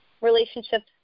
relationships